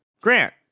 Grant